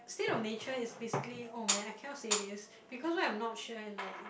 state of nature is basically oh man I cannot say this because what if I'm not sure and like